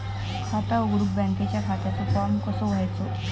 खाता उघडुक बँकेच्या खात्याचो फार्म कसो घ्यायचो?